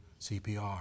CPR